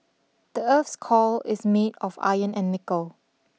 the earth's core is made of iron and nickel